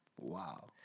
Wow